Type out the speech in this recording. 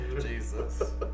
Jesus